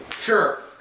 Sure